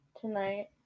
tonight